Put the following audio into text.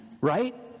Right